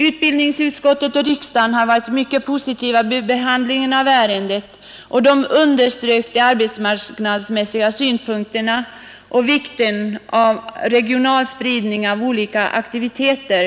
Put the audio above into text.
Utbildningsutskottet och riksdagen har varit mycket positiva vid behandlingen av ärendet och understrukit de arbetsmarknadsmässiga synpunkterna samt vikten av regional spridning av olika aktiviteter.